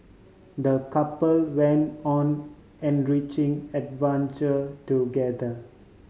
the couple went on enriching adventure together